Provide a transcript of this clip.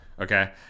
Okay